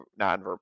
nonverbal